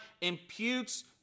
imputes